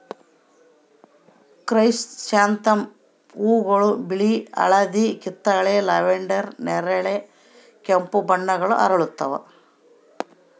chrysanthemum ಹೂವುಗಳು ಬಿಳಿ ಹಳದಿ ಕಿತ್ತಳೆ ಲ್ಯಾವೆಂಡರ್ ನೇರಳೆ ಕೆಂಪು ಬಣ್ಣಗಳ ಅರಳುತ್ತವ